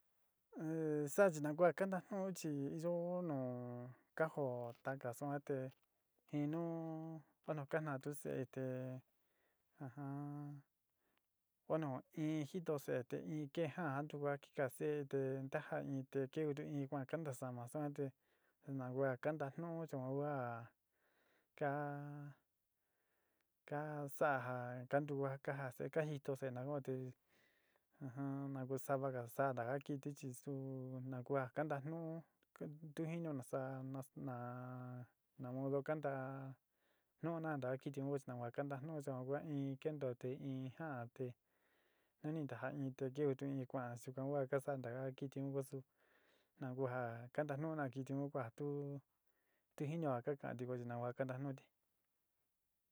Saa chi nu ku a kanaatu'un chi iyó nu ka jo taka suan te inu bueno kanaá tu se'e te ujumm bueno in jitoó se'e te inn keé ja'an ntuku kikaseé te ntaja in te kivi tu in kuan kanta sama suan te na vee kantagnuu chi un yuan ka ka sa'a ja kantuva ka ja se'e ka jitoo se'e naku te ujumm savaaga sa'a taka kɨtɨ chi suu nakuaa kantagnuú tu jinío nasaá nus na modo kanta-gnuú ntaka un kɨtɨ ntavaá kantagnuú yuan kua in keentoó te in ja'án te anintajaá in te kivitu in kua'án sukua ka sa'a ntaka kɨtɨ un ku a su na ku ja kanatagnuú na kɨtɨ un tu jinío nu kua ka ka'anti ko a kantagnúti.